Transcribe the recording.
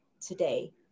today